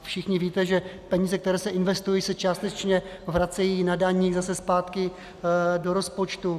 Všichni víte, že peníze, které se investují, se částečně vracejí na daních zase zpátky do rozpočtu.